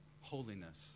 holiness